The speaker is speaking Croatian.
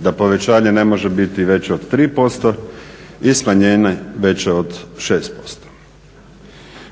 da povećanje ne može biti veće od 3% i smanjenje veće od 6%.